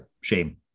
shame